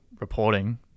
reporting